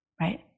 right